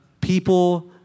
people